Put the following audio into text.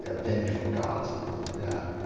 ah vengeful gods and things like that.